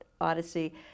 Odyssey